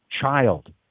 child